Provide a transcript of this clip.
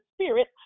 spirit